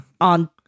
on